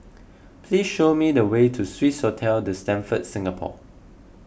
please show me the way to Swissotel the Stamford Singapore